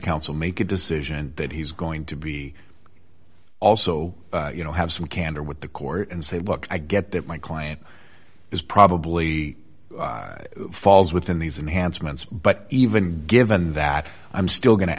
counsel make a decision that he's going to be also you know have some candor with the court and say look i get that my client is probably falls within these enhanced months but even given that i'm still going to